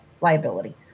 liability